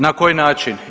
Na koji način?